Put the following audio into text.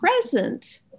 present